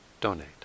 donate